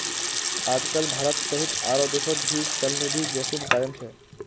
आजकल भारत सहित आरो देशोंत भी चलनिधि जोखिम कायम छे